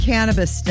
Cannabis